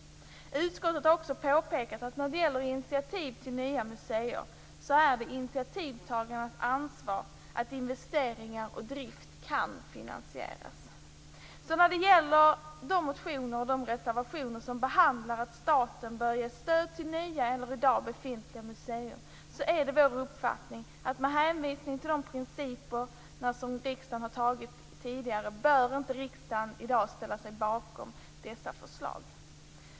Utskottet har också påpekat att när det gäller initiativ till nya museer är det initiativtagarens ansvar att investeringar och drift kan finansieras. När det gäller de motioner och de reservationer som behandlar att staten bör ge stöd till nya eller i dag befintliga museer är det vår uppfattning, med hänvisning till de principer som riksdagen tidigare har antagit, att riksdagen i dag inte bör ställa sig bakom dessa förslag.